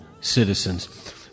citizens